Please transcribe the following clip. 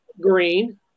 green